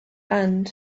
and